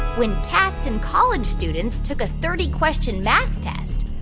when cats and college students took a thirty question math test,